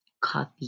coffee